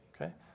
Okay